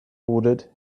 ordered